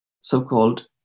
so-called